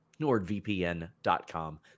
NordVPN.com